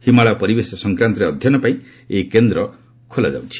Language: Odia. ହିମାଳୟ ପରିବେଶ ସଂକ୍ରାନ୍ତରେ ଅଧ୍ୟୟନ ପାଇଁ ଏହି କେନ୍ଦ୍ର ଖୋଲାଯାଉଛି